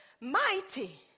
Mighty